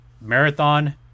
Marathon